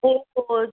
ਉਹ